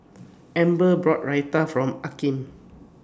Amber bought Raita from Akeem